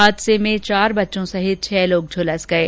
हादसे में चार बच्चों सहित छह लोग झुलस गये